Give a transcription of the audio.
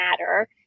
matter